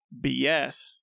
BS